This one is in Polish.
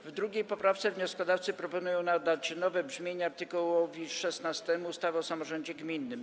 W 2. poprawce wnioskodawcy proponują nadać nowe brzmienie art. 16 ustawy o samorządzie gminnym.